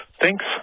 Thanks